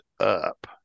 up